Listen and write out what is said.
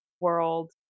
world